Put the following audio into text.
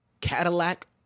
Cadillac